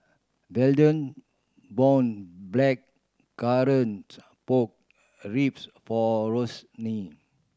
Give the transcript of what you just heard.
Verdell bought Blackcurrant Pork Ribs for Roseanne